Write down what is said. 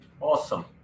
Awesome